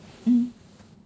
mm